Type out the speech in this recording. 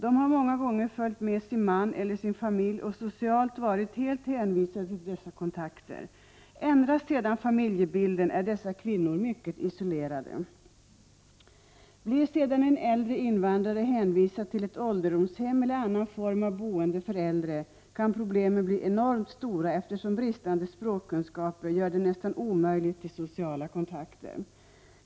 De har många gånger följt med sin man eller sin familj och socialt varit helt hänvisade till dessa kontakter. Ändras sedan familjebilden blir dessa kvinnor mycket isolerade. Blir en äldre invandrare hänvisad till ett ålderdomshem eller någon annan form av boende för äldre kan problemen bli enormt stora, eftersom bristande språkkunskaper gör det nästan omöjligt med sociala kontakter.